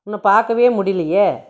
உன்னை பார்க்கவே முடியலயே